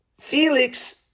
Felix